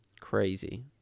Crazy